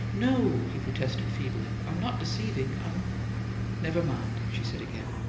no, he protested, feebly. i'm not deceiving. i'm never mind, she said again.